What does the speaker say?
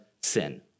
sin